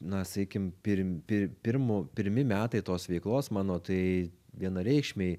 na sakykim pirm pir pirmu pirmi metai tos veiklos mano tai vienareikšmiai